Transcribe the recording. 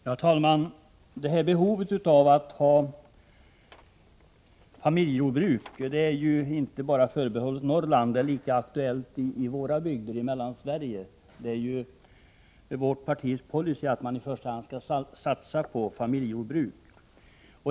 Herr talman! Behovet att ha familjejordbruk är inte bara förbehållet Norrland, det är lika aktuellt i våra bygder i Mellansverige. Det är ju vårt partis policy att man i första hand skall satsa på familjejordbruk.